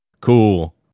Cool